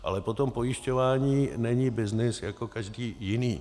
Ale potom pojišťování není byznys jako každý jiný.